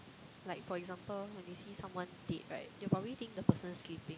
like for example when they see someone dead right they probably think the person sleeping